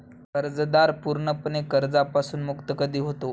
कर्जदार पूर्णपणे कर्जापासून मुक्त कधी होतो?